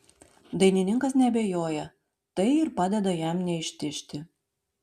dainininkas neabejoja tai ir padeda jam neištižti